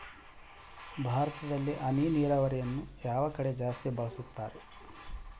ಭಾರತದಲ್ಲಿ ಹನಿ ನೇರಾವರಿಯನ್ನು ಯಾವ ಕಡೆ ಜಾಸ್ತಿ ಬಳಸುತ್ತಾರೆ?